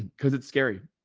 cause it's scary.